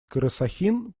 карасахин